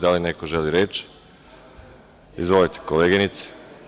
Da li neko želi reč? (Da) Izvolite, koleginice.